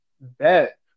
bet